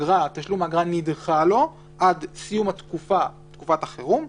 תשלום האגרה נדחה לו עד סיום תקופת החירום,